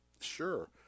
sure